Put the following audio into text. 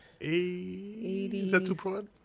80s